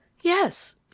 Yes